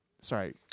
Sorry